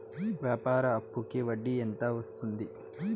వ్యాపార అప్పుకి వడ్డీ ఎంత వస్తుంది?